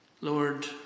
Lord